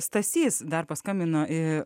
stasys dar paskambino į